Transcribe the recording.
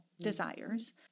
desires